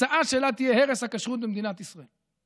התוצאה שלה תהיה הרס הכשרות במדינת ישראל.